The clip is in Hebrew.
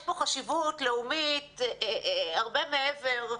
יש פה חשיבות לאומית הרבה מעבר,